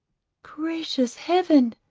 gracious heaven,